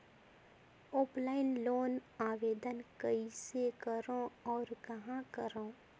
Offline loan आवेदन कइसे करो और कहाँ करो?